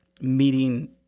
meeting